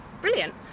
brilliant